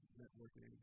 networking